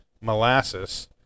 molasses